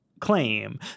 claim